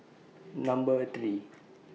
Number three